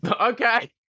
Okay